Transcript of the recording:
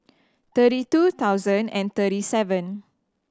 thirty two thousand and thirty seven